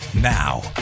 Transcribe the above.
Now